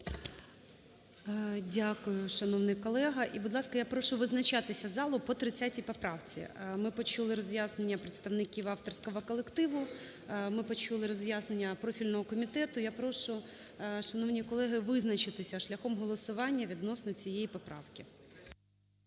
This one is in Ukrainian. Дякую, шановний колего. І, будь ласка, я прошу визначатися залу по 30 поправці. Ми почули роз'яснення представників авторського колективу. Ми почули роз'яснення профільного комітету. Я прошу, шановні колеги, визначитися шляхом голосування відносно цієї поправки.